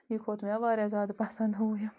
یہِ کھوٚت مےٚ واریاہ زیادٕ پَسَنٛد ہُہ یہِ